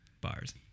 bars